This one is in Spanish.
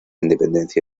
independencia